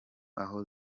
aho